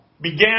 began